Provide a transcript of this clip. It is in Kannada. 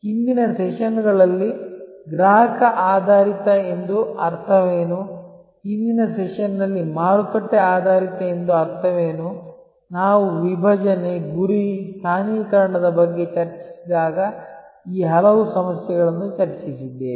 ಹಿಂದಿನ ಸೆಷನ್ಗಳಲ್ಲಿ ಗ್ರಾಹಕ ಆಧಾರಿತ ಎಂದು ಅರ್ಥವೇನು ಹಿಂದಿನ ಸೆಷನ್ನಲ್ಲಿ ಮಾರುಕಟ್ಟೆ ಆಧಾರಿತ ಎಂದು ಅರ್ಥವೇನು ನಾವು ವಿಭಜನೆ ಗುರಿ ಸ್ಥಾನೀಕರಣದ ಬಗ್ಗೆ ಚರ್ಚಿಸಿದಾಗ ಈ ಹಲವು ಸಮಸ್ಯೆಗಳನ್ನು ನಾವು ಚರ್ಚಿಸಿದ್ದೇವೆ